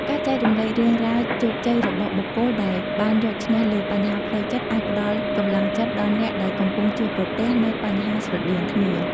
ការចែករំលែករឿងរ៉ាវជោគជ័យរបស់បុគ្គលដែលបានយកឈ្នះលើបញ្ហាផ្លូវចិត្តអាចផ្ដល់កម្លាំងចិត្តដល់អ្នកដែលកំពុងជួបប្រទះនូវបញ្ហាស្រដៀងគ្នា។